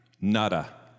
nada